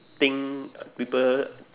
think people